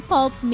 Pulp